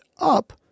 up